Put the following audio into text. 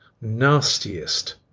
nastiest